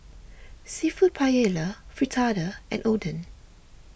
Seafood Paella Fritada and Oden